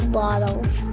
bottles